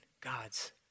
God's